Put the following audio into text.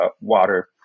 water